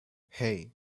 hey